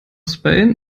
spain